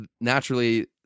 naturally